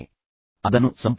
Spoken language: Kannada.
ನಾವೆಲ್ಲರೂ ಒಟ್ಟಿಗೆ ಪ್ರಯಾಣಿಸೋಣ